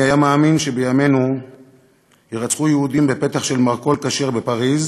מי היה מאמין שבימינו יירצחו יהודים בפתח של מרכול כשר בפריז